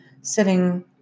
sitting